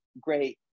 great